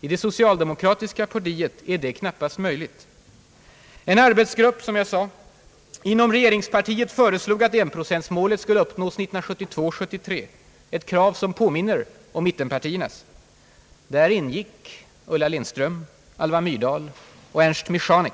I det socialdemokratiska partiet är det inte möjligt. En arbetsgrupp inom regeringspartiet föreslog att enprocentmålet skulle uppnås 1972/73, ett krav som påminner om mittenpartiernas. Där ingick Ulla Lindström, Alva Myrdal och Ernst Michanek.